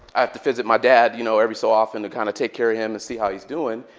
i have to visit my dad you know every so often to kind of take care of him and see how he's doing.